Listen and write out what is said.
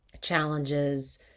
challenges